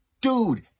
Dude